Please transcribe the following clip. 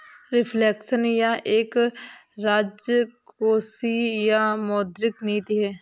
reflection यह एक राजकोषीय या मौद्रिक नीति है